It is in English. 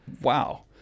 Wow